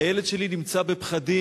כי הילד שלי נמצא בפחדים?